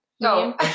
No